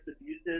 abuses